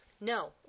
No